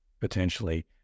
potentially